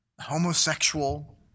homosexual